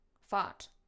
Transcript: Fart